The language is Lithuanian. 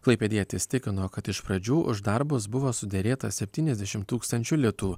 klaipėdietis tikino kad iš pradžių už darbus buvo suderėta septyniasdešimy tūkstančių litų